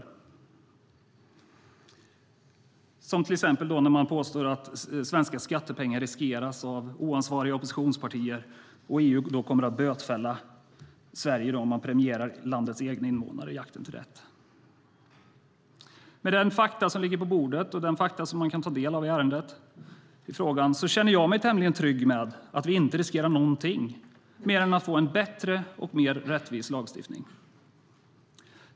Man påstår till exempel att svenska skattepengar skulle riskeras av oansvariga oppositionspartier eftersom EU skulle komma att bötfälla Sverige om vi premierade landets egna invånare när det gäller rätten till jakt. Med de fakta i ärendet som man kan ta del av känner jag mig tämligen trygg med att vi inte riskerar någonting mer än att få en bättre och mer rättvis lagstiftning.